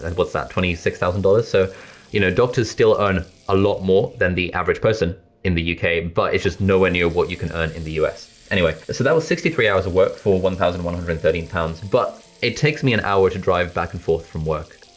and what's that, twenty six thousand dollars, so you know, doctors still earn a lot more than the average person in the uk, but its just nowhere near what you can earn in the u s. anyway, so that was sixty three hours of work for one thousand one hundred and thirteen pounds, but it takes me an hour to drive back and forth from work.